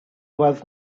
was